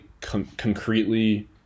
concretely